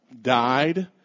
died